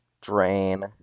drain